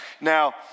Now